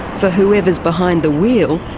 for whoever is behind the wheel,